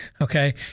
Okay